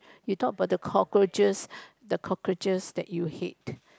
you talk about the cockroaches the cockroaches that you hate